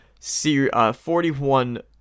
41